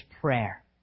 prayer